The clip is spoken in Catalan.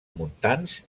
montans